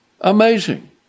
Amazing